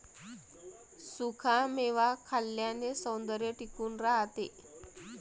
सुखा मेवा खाल्ल्याने सौंदर्य टिकून राहते